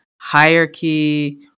hierarchy